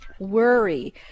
Worry